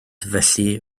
felly